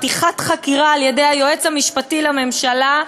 פתיחת חקירה על-ידי היועץ המשפטי לממשלה,